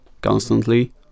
constantly